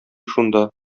шунда